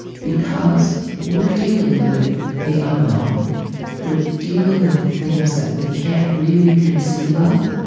because we're dealing with the unknown we're dealing with things that we can't really conceive of.